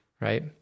right